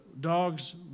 dogs